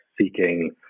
seeking